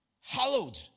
Hallowed